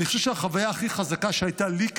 אני חושב שהחוויה הכי חזקה שהייתה לי כסטודנט,